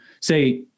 say